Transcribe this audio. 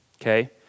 okay